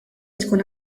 tkun